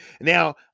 Now